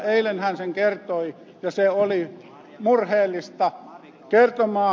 eilen hän sen kertoi ja se oli murheellista kertomaa